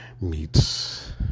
meets